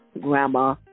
grandma